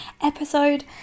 episode